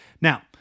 Now